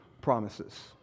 promises